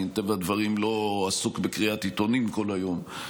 מטבע הדברים אני לא עסוק בקריאת עיתונים כל היום.